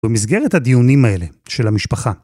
במסגרת הדיונים האלה, של המשפחה.